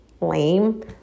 lame